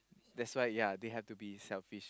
that's why ya they have to be selfish